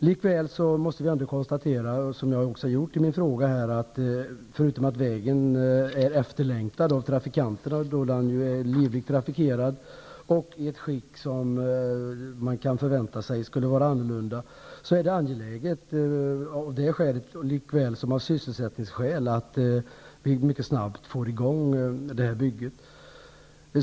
Likväl måste vi också konstatera, som jag gjort i min fråga, att förutom att vägen är efterlängtad av trafikanterna -- sträckan är livligt trafikerad, och man kunde förvänta sig att vägen skulle vara i annorlunda skick -- är det av sysselsättningsskäl angeläget att vi snabbt får i gång detta bygge.